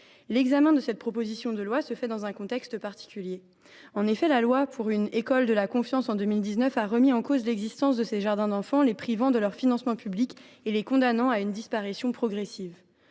L’examen de ce texte se fait dans un contexte particulier. En effet, la loi pour une école de la confiance de 2019 a remis en cause l’existence des jardins d’enfants, les privant de leur financement public et les condamnant à une disparition progressive.